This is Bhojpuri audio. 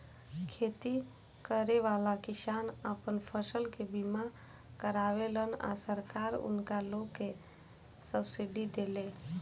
खेती करेवाला किसान आपन फसल के बीमा करावेलन आ सरकार उनका लोग के सब्सिडी देले